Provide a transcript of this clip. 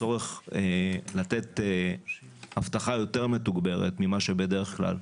צורך לתת אבטחה יותר מתוגברת ממה שבדרך כלל,